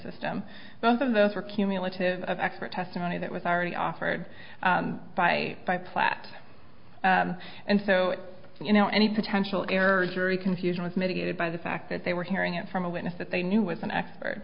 system both of those were cumulative of expert testimony that was already offered by by platt and so you know any potential error jury confusion was mitigated by the fact that they were hearing it from a witness that they knew was an expert